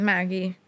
Maggie